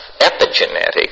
epigenetic